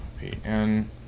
pn